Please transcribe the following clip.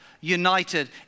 united